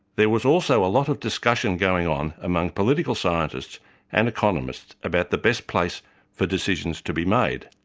there was also a lot of discussion going on among political scientists and economists about the best place for decisions to be made.